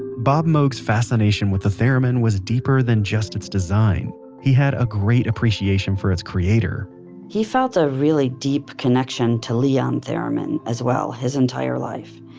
bob moog's fascination with the theremin um and was deeper than just its design he had a great appreciation for its creator he felt a really deep connection to leon theremin as well his entire life,